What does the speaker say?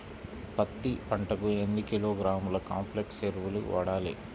పత్తి పంటకు ఎన్ని కిలోగ్రాముల కాంప్లెక్స్ ఎరువులు వాడాలి?